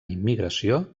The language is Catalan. immigració